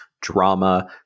drama